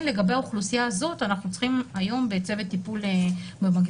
לגבי האוכלוסייה הזאת אנחנו צריכים היום בצוות טיפול במגפות,